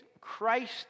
Christ